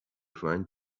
find